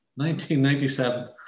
1997